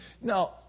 Now